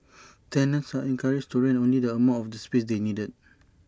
tenants are encouraged to rent only the amount of space they need